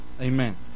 Amen